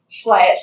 flat